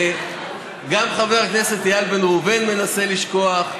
גם חבר הכנסת איל בן ראובן מנסה לשכוח,